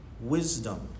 wisdom